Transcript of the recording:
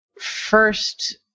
first